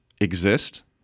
exist